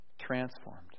Transformed